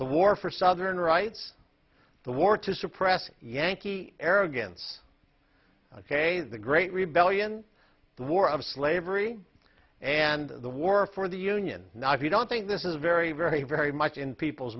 the war for southern rights the war to suppress yankee arrogance ok the great rebellion the war of slavery and the war for the union now if you don't think this is very very very much in people's